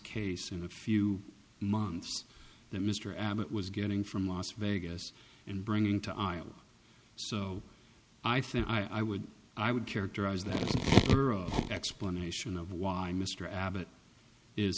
case in a few months that mr abbott was getting from las vegas and bringing to iowa so i think i would i would characterize that her explanation of why mr abbott is